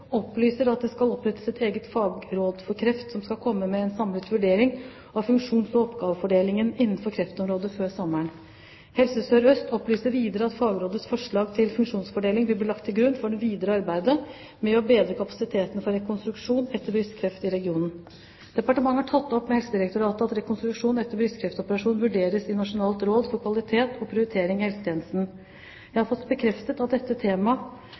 opplyser at det skal opprettes et eget fagråd for kreft som skal komme med en samlet vurdering av funksjons- og oppgavefordelingen innenfor kreftområdet før sommeren. Helse Sør-Øst opplyser videre at fagrådets forslag til funksjonsfordeling vil bli lagt til grunn for det videre arbeidet i regionen med å bedre kapasiteten for rekonstruksjon etter brystkreft. Departementet har tatt opp med Helsedirektoratet at rekonstruksjon etter brystkreftoperasjon vurderes i Nasjonalt råd for kvalitet og prioritering i helsetjenesten. Jeg har fått bekreftet at dette temaet